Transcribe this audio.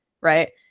Right